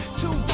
two